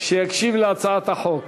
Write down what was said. להקשיב להצעת החוק,